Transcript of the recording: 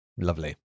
Lovely